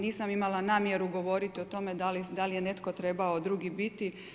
Nisam imala namjeru govoriti o tome, da li je netko trebao drugi biti.